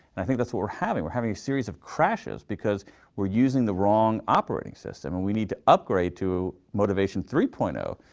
i think that's what we're having. we're having a series of crashes because we're using the wrong operating system, and we need to upgrade to motivation three point zero,